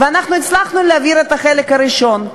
אנחנו הצלחנו להעביר את החלק הראשון,